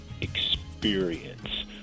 experience